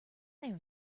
there